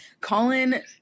Colin